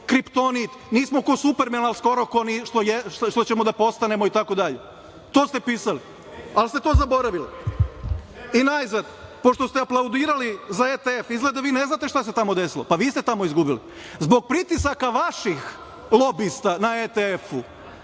kriptoni, nismo ko supermeni što ćemo da postanemo i tako dalje. To ste pisali, ali ste to zaboravili. I najzad, pošto ste aplaudirali za ETF, vi izgleda ne znate šta se tamo desilo, vi ste tamo izgubili, zbog pritisaka vaših lobista na ETF,